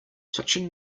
touching